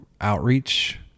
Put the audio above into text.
outreach